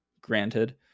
granted